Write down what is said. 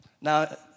Now